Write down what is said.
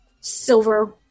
silver